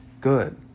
Good